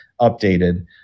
updated